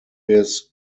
biz